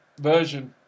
version